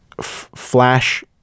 flash